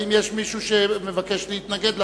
האם יש מישהו שמבקש להתנגד לחוק?